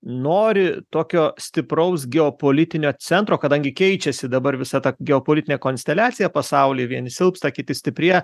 nori tokio stipraus geopolitinio centro kadangi keičiasi dabar visa ta geopolitinė konsteliacija pasauly vieni silpsta kiti stiprėja